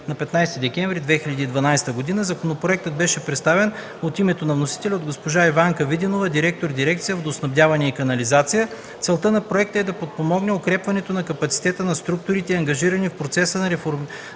на 15 декември 2012 г. Законопроектът беше представен от името на вносителя от госпожа Иванка Виденова – директор на дирекция „Водоснабдяване и канализация”. Целта на проекта е да подпомогне укрепването на капацитета на структурите, ангажирани в процеса на реформиране